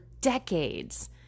decades